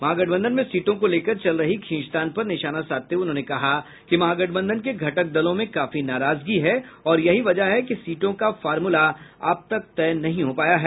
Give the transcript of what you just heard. महागठबंधन में सीटों को लेकर चल रही खींचतान पर निशाना साधते हुए उन्होंने कहा कि महागठबंधन के घटक दलों में काफी नाराजगी है और यही वजह है कि सीटों का फार्मूला अब तक तय नहीं हो पाया है